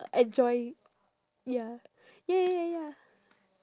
enjoy ya ya ya ya ya